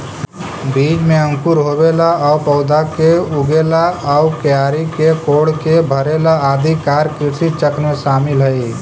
बीज में अंकुर होवेला आउ पौधा के उगेला आउ क्यारी के कोड़के भरेला आदि कार्य कृषिचक्र में शामिल हइ